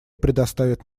предоставят